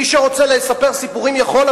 מי שרוצה לספר סיפורים יכול,